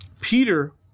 Peter